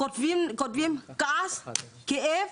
כותבים "כעס", "כאב",